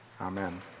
Amen